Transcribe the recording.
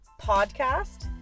Podcast